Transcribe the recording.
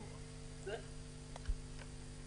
בבקשה.